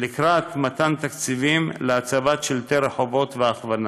ולקראת מתן תקציבים להצבת שלטי רחובות והכוונה.